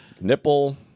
nipple